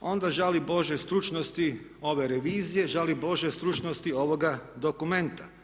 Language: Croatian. onda žali bože stručnosti ove revizije, žali bože stručnosti ovoga dokumenta.